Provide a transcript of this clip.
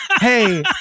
Hey